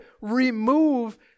remove